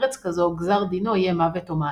מארץ כזו גזר דינו יהיה מוות או מעצר.